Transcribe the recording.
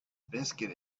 biscuit